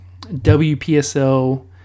WPSL